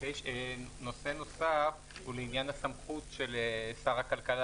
נושא נוסף הוא בעניין הסמכות של שר הכלכלה